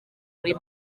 muri